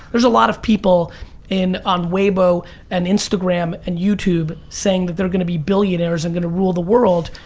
there's a lot of people in on weibo and instagram, and youtube saying that they're going to be billionaires, they're and going to rule the world,